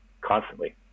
constantly